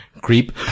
creep